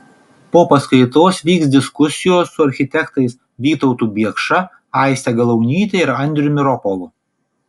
po paskaitos vyks diskusijos su architektais vytautu biekša aiste galaunyte ir andriumi ropolu